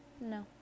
no